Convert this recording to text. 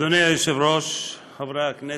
אדוני היושב-ראש, חברי הכנסת,